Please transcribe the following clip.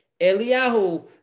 Eliyahu